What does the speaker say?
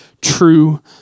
true